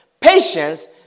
patience